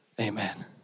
Amen